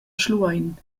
schluein